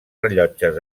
rellotges